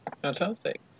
Fantastic